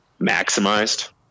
maximized